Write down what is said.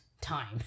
time